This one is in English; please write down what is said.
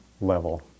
level